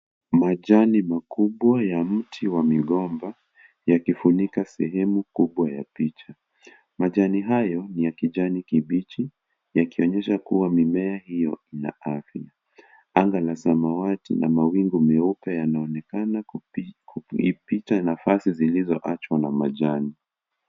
Majani makubwa ya mti wa migomba yakifunika sehemu kubwa ya picha. Majani hayo ni ya kijani kibichi yakionyesha kuwa mimea hiyo ina afia. Anga la samawati na mawingu meupe yanaonekana kuipita nafasi zilizoachwa na majani.